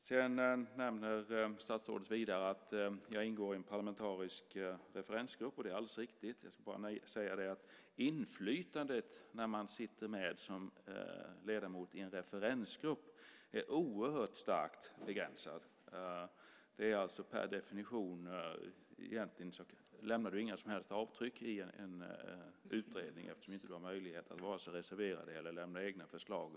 Statsrådet nämner också att jag ingår i en parlamentarisk referensgrupp, och det är alldeles riktigt. Jag vill dock säga att inflytandet när man sitter som ledamot i en referensgrupp är starkt begränsat. Det är så per definition. Egentligen lämnar det inga som helst avtryck i en utredning, eftersom det inte finns möjlighet att vare sig reservera sig eller lämna egna förslag.